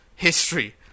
History